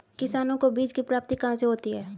किसानों को बीज की प्राप्ति कहाँ से होती है?